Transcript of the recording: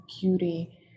beauty